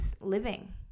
living